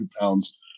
pounds